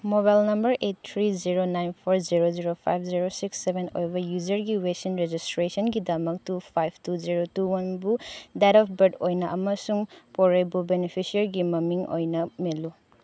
mobile number eight three zero nine four zero zero five zero six seven ꯑꯣꯏꯕ ꯌꯨꯖꯔꯒꯤ vaccine ꯔꯦꯖꯤꯁꯇ꯭ꯔꯦꯁꯟꯒꯤꯗꯃꯛ two five two zero two ꯋꯥꯟꯕꯨ date of birth ꯑꯣꯏꯅ ꯑꯃꯁꯨꯡ ꯄꯣꯔꯩꯕꯨ ꯕꯦꯅꯤꯐꯤꯁꯔꯒꯤ ꯃꯃꯤꯡ ꯑꯣꯏꯅ ꯃꯦꯜꯂꯨ